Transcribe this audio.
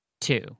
two